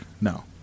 no